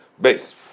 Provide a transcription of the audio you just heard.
Base